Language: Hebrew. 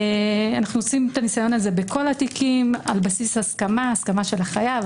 אנו עושים את הניסיון הזה בכל התיקים על בסיס הסכמה של החייב,